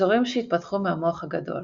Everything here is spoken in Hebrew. אזורים שהתפתחו מהמוח הגדול